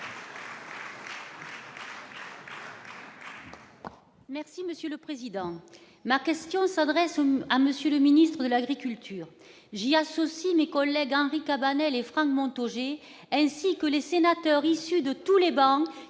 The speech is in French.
Merci monsieur le président, ma question s'adresse à monsieur le ministre de l'Agriculture j'associer mes collègues Henri Cabanel et Franck Mantaux, j'ai ainsi que les sénateurs issus de tous les bords